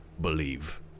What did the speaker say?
believe